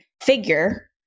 figure